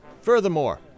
Furthermore